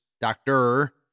doctor